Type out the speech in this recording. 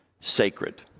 sacred